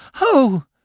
Oh